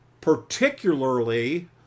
particularly